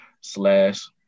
slash